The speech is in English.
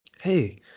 hey